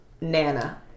Nana